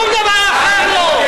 לצמצם את השחיתות,